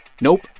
Nope